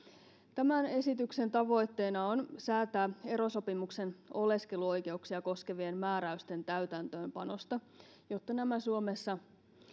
tämän esityksen tavoitteena on säätää erosopimuksen oleskeluoikeuksia koskevien määräysten täytäntöönpanosta jotta nämä suomessa